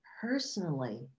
personally